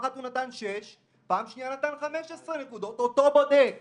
אותו בודק